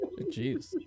Jeez